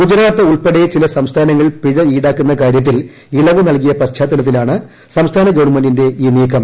ഗുജറാത്ത് ഉൾപ്പെടെ ചില സംസ്ഥാനങ്ങൾ പിഴ ഇൌടാക്കുന്ന കാര്യത്തിൽ ഇളവ് ് നൽകിയ പശ്ചാത്തലത്തിലാണ് സംസ്ഥാന ഗവൺമെന്റിന്റെ ഈ നീക്കം